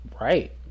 Right